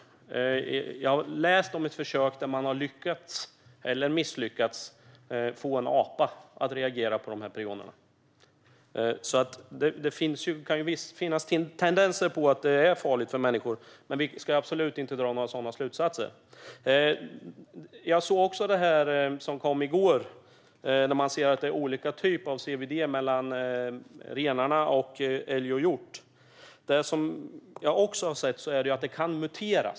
Jag har läst om ett försök där man har lyckats - eller misslyckats - få en apa att reagera på dessa prioner. Det kan alltså finnas tendenser till att det är farligt för människor, men vi ska absolut inte dra några sådana slutsatser. Jag såg det som kom i går. Man ser att det är olika typer av CWD hos renar, älg och hjort. Jag har också sett att det kan mutera.